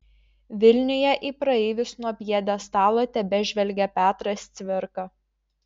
vilniuje į praeivius nuo pjedestalo tebežvelgia petras cvirka